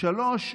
השלישי,